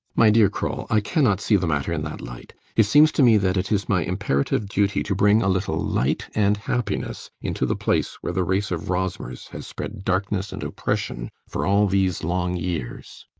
my dear kroll, i cannot see the matter in that light. it seems to me that it is my imperative duty to bring a little light and happiness into the place where the race of rosmers has spread darkness and oppression for all these long years.